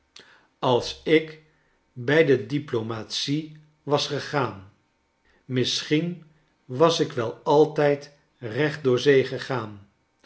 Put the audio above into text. als ik bij de diplomatic was gegaan misschen was ik wel altijd recht door zee gegaan